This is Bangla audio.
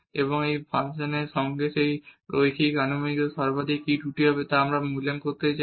এবং এই ফাংশনের সেই রৈখিক আনুমানিকতায় সর্বাধিক ত্রুটি কী হবে তা আমরা মূল্যায়ন করতে চাই